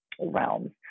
realms